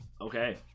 Okay